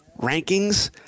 rankings